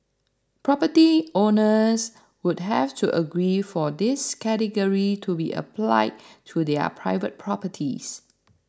property owners would have to agree for this category to be applied to their private properties